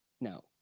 No